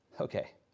Okay